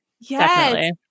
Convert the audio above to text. Yes